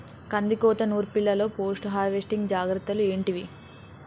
కందికోత నుర్పిల్లలో post harvesting జాగ్రత్తలు ఏంటివి?